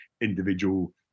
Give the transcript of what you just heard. individual